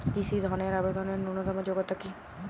কৃষি ধনের আবেদনের ন্যূনতম যোগ্যতা কী?